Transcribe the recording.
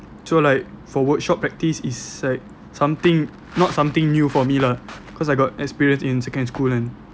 so like for workshop practice is like something not something new for me lah cause I got experience in secondary school kan